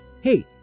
Hey